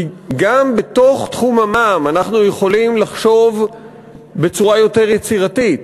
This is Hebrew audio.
כי גם בתוך תחום המע"מ אנחנו יכולים לחשוב בצורה יותר יצירתית.